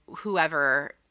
whoever